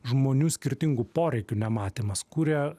žmonių skirtingų poreikių nematymas kuria